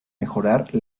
mejorar